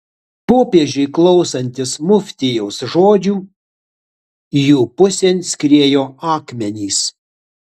popiežiui klausantis muftijaus žodžių jų pusėn skriejo akmenys